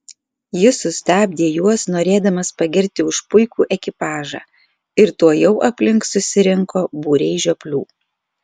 jis sustabdė juos norėdamas pagirti už puikų ekipažą ir tuojau aplink susirinko būriai žioplių